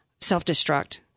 self-destruct